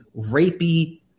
rapey